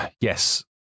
yes